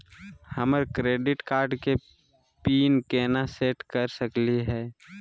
हमर credit card के PIN केना सेट कर सकली हे?